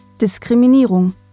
diskriminierung